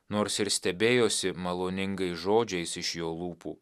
nors ir stebėjosi maloningais žodžiais iš jo lūpų